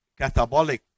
catabolic